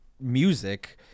music